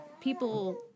people